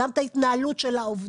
גם את ההתנהלות של העובדים,